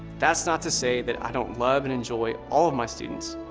that's not to say that i don't love and enjoy all of my students.